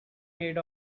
made